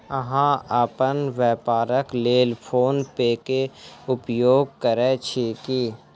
अहाँ अपन व्यापारक लेल फ़ोन पे के उपयोग करै छी की?